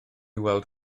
weld